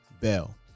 Bell